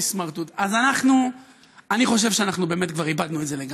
אורן, משפט סיכום.